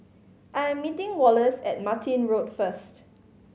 I'm meeting Wallace at Martin Road first